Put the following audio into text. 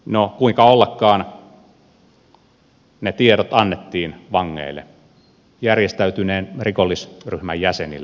no kuinka ollakaan ne tiedot annettiin vangeille järjestäytyneen rikollisryhmän jäsenille